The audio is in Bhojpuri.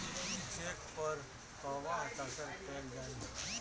चेक पर कहवा हस्ताक्षर कैल जाइ?